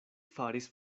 faris